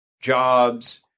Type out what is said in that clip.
jobs